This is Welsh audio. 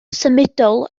symudol